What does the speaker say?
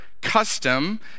custom